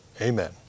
Amen